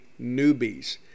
newbies